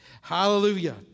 Hallelujah